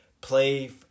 play